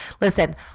Listen